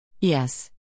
Yes